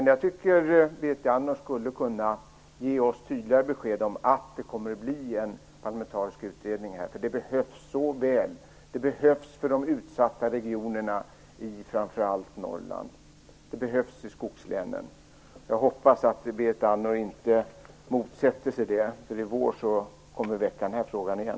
Jag tycker att Berit Andnor skulle kunna ge oss tydligare besked om att det kommer att bli en parlamentarisk utredning. Det behövs så väl. Det behövs för de utsatta regionerna framför allt i Norrland. Det behövs i skogslänen. Jag hoppas att Berit Andnor inte motsätter sig det. I vår kommer vi nämligen att väcka den här frågan igen.